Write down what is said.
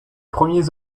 premiers